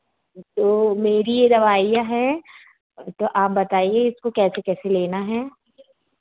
तो मेरी ये दवाइयाँ हैं तो आप बताइए इसको कैसे कैसे लेना है